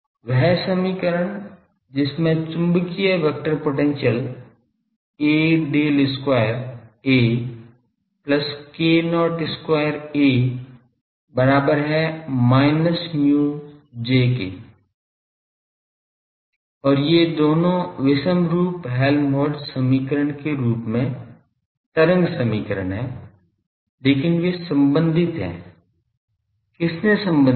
वह समीकरण जिसमें चुंबकीय vector potential A del square A plus k not square A बराबर है minus mu J के और ये दोनों विषमरूप हेल्महोल्ट्ज़ समीकरण के रूप में तरंग समीकरण हैं लेकिन वे संबंधित हैं किसने संबंधित किया